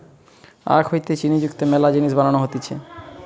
আখ হইতে চিনি যুক্ত মেলা জিনিস বানানো হতিছে